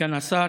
סגן השר.